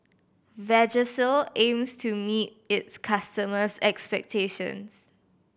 Vagisil aims to meet its customers' expectations